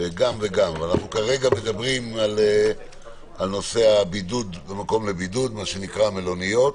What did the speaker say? אנחנו מדברים על בידוד במקום לבידוד המלוניות.